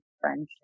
friendship